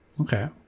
okay